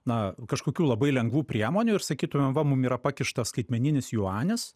na kažkokių labai lengvų priemonių ir sakytumėm va mum yra pakištas skaitmeninis juanis